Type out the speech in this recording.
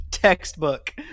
textbook